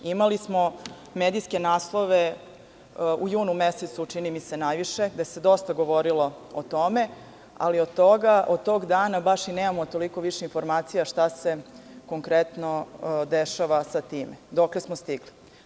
Imali smo medijske naslove, čini mi se, u junu mesecu najviše gde se dosta govorilo o tome, ali od tog dana baš i nemamo više toliko informacija šta se konkretno dešava sa tim i dokle smo stigli.